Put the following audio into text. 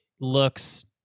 looks